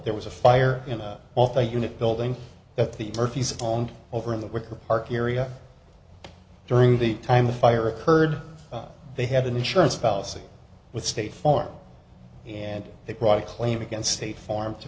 there was a fire in the off the unit building that the murphy's law and over in the wicker park area during the time the fire occurred they had an insurance policy with state farm and they brought a claim against state farm to